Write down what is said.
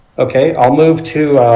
okay i will move to